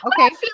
Okay